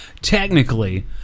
Technically